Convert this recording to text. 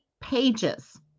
pages